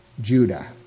Judah